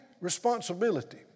responsibility